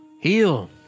Heal